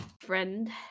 friend